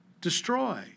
destroy